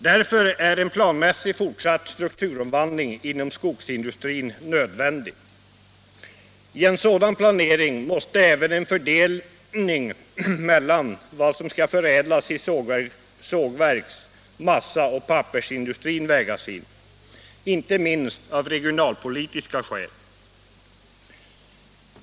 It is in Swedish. Därför är en planmässig, fortsatt strukturomvandling inom skogsindustrin nödvändig. I en sådan planering måste även en fördelning mellan vad som skall förädlas i sågverks-, massaoch pappersindustrin vägas in, inte minst av regionalpolitiska skäl.